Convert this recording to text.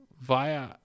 via